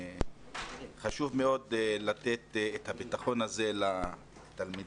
חשוב מאוד לתת את הביטחון הזה לתלמידים